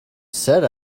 said